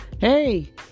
Hey